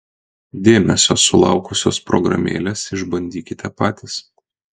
dėmesio sulaukusios programėlės išbandykite patys